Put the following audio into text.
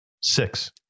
Six